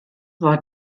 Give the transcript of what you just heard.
war